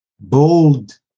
bold